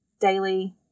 daily